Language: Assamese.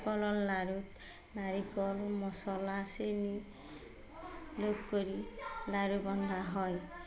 কলৰ লাড়ুত নাৰিকল মচলা চেনি কৰি লাড়ু বন্ধা হয়